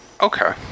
Okay